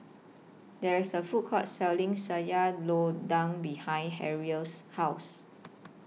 There IS A Food Court Selling Sayur Lodeh behind Harrell's House